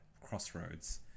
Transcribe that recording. crossroads